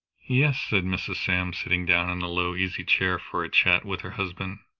yes, said mrs. sam, sitting down in a low easy-chair for a chat with her husband.